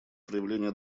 проявления